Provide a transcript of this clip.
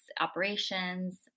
operations